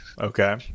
Okay